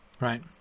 right